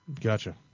Gotcha